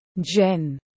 Jen